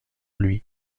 lui